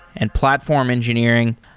and platform engineering,